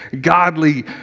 godly